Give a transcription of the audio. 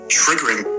triggering